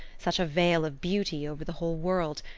such a veil of beauty over the whole world,